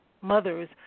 mothers